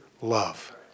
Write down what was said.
love